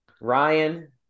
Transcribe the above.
Ryan